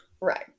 Right